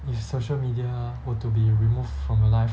if social media were to be removed from your life